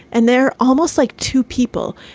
and they're almost like two people.